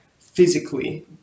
physically